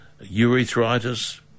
urethritis